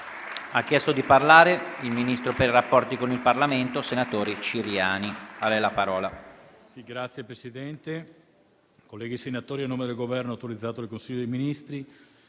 Ha chiesto di intervenire il ministro per i rapporti con il Parlamento, senatore Ciriani.